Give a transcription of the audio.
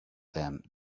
them